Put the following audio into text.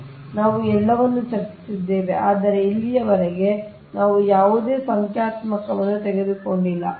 ಆದ್ದರಿಂದ ನಾವು ಎಲ್ಲವನ್ನೂ ಚರ್ಚಿಸಿದ್ದೇವೆ ಆದರೆ ಇಲ್ಲಿಯವರೆಗೆ ನಾವು ಯಾವುದೇ ಸಂಖ್ಯಾತ್ಮಕವನ್ನು ತೆಗೆದುಕೊಂಡಿಲ್ಲ